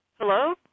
Hello